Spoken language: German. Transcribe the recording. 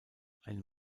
ein